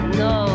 no